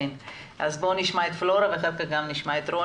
בואו נשמע את פלורה ולאחר מכן רוני.